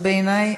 בעיני,